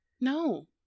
No